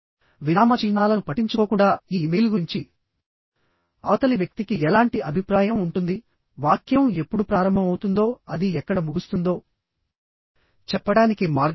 విరామ చిహ్నాలను పట్టించుకోకుండా ఈ ఇమెయిల్ గురించి అవతలి వ్యక్తికి ఎలాంటి అభిప్రాయం ఉంటుందివాక్యం ఎప్పుడు ప్రారంభమవుతుందో అది ఎక్కడ ముగుస్తుందో చెప్పడానికి మార్గం లేదు